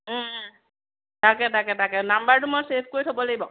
তাকে তাকে তাকে নাম্বাৰটো মই ছেভ কৰি থ'ব লাগিব